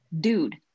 dude